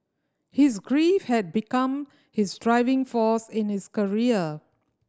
his grief had become his driving force in his career